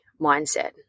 mindset